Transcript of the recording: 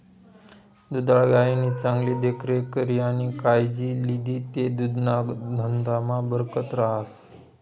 दुधाळ गायनी चांगली देखरेख करी आणि कायजी लिदी ते दुधना धंदामा बरकत रहास